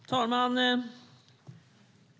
Herr talman!